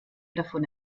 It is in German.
davon